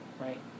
Right